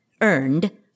earned